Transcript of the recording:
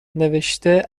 نوشته